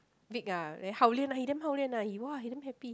Vic ah then hao lian ah he damn hao lian ah !wah! he damn happy